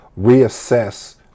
reassess